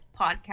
podcast